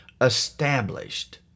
Established